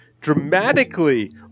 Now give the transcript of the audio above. dramatically